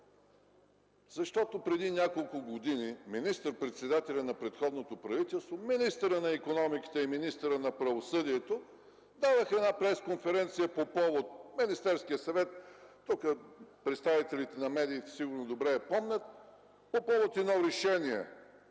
Защото преди няколко години министър-председателят на предходното правителство, министърът на икономиката и министърът на правосъдието дадоха една пресконференция в Министерския съвет – тук представителите на медиите сигурно добре помнят – по повод едно решение